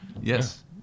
Yes